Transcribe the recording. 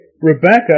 Rebecca